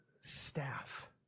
staff